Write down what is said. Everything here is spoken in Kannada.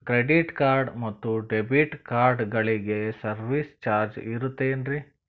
ಕ್ರೆಡಿಟ್ ಕಾರ್ಡ್ ಮತ್ತು ಡೆಬಿಟ್ ಕಾರ್ಡಗಳಿಗೆ ಸರ್ವಿಸ್ ಚಾರ್ಜ್ ಇರುತೇನ್ರಿ?